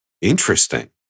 Interesting